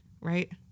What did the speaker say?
Right